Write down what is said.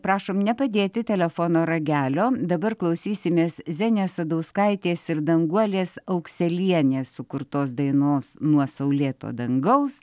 prašom nepadėti telefono ragelio dabar klausysimės zenės sadauskaitės ir danguolės aukselienės sukurtos dainos nuo saulėto dangaus